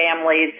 families